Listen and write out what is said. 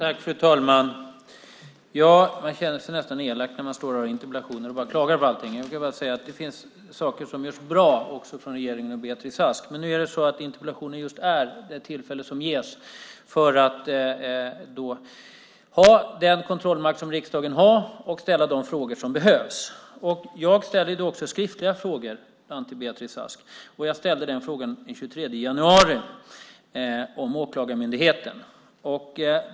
Fru talman! Man känner sig nästan elak när man i interpellationer bara klagar på allt. Jag ska säga att det också finns saker som görs bra av regeringen och Beatrice Ask. Men nu är interpellationer den möjlighet som ges för att utöva den kontrollmakt som riksdagen har och för att ställa de frågor som behöver ställas. Jag ställer också skriftliga frågor till Beatrice Ask. Den här frågan om Åklagarmyndigheten ställde jag den 23 januari.